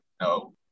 no